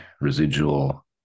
residual